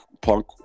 Punk